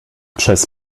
przez